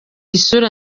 isura